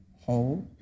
whole